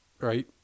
right